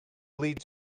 leads